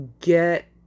get